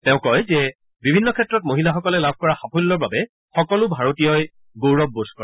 তেওঁ কয় যে বিভিন্ন ক্ষেত্ৰত মহিলাসকলে লাভ কৰা সাফল্যৰ বাবে সকলো ভাৰতীয়ই গৌৰৱান্নিত